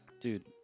dude